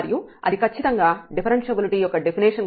మరియు అది ఖచ్చితంగా డిఫరెన్ష్యబిలిటీ యొక్క డెఫినేషన్